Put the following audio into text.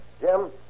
Jim